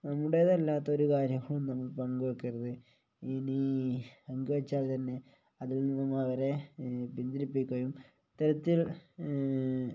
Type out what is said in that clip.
നമ്മുടേതല്ലാത്ത ഒരു കാര്യങ്ങളും നമ്മൾ ഇപ്പം പങ്ക് വയ്ക്കരുത് ഇനി പങ്ക് വെച്ചാൽ തന്നെ അതിൽ നിന്നും അവരെ പിന്തിരിപ്പിക്കുകയും ഇത്തരത്തിൽ